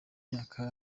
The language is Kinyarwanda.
myaka